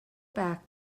back